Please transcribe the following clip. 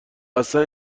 اصلن